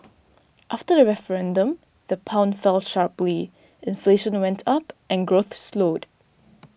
after the referendum the pound fell sharply inflation went up and growth slowed